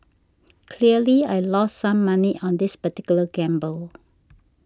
clearly I lost some money on this particular gamble